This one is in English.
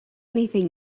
anything